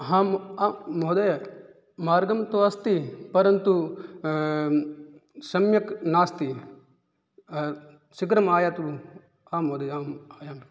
अहं महोदय मार्गं तु अस्ति परन्तु सम्यक् नास्ति शीघ्रम् आयातु आं महोदय आम् आयामि